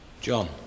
John